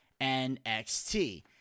NXT